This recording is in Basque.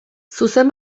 zuzen